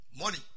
Money